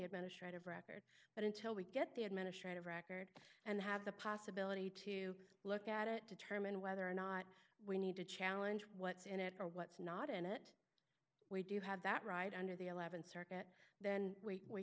administrative record but until we get the administrative record and have the possibility to look at it determine whether or not we need to challenge what's in it or what's not in it we do have that right under the th circuit then we